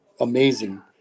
amazing